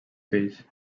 fills